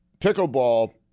pickleball